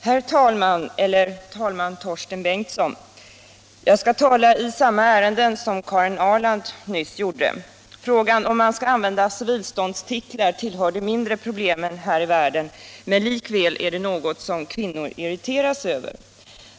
Herr talman! Eller talman Torsten Bengtson! Jag skall tala i samma ärende som Karin Ahrland nyss gjorde. Frågan om man skall använda civilståndstitlar tillhör de mindre problemen här i världen, men likväl är det något som kvinnor irriteras över.